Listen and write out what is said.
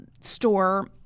store